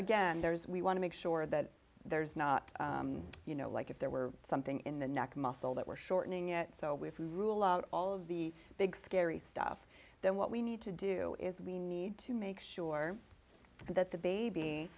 again there's we want to make sure that there's not you know like if there were something in the neck muscle that were shortening it so we rule out all of the big scary stuff then what we need to do is we need to make sure that the baby